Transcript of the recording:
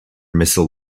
missile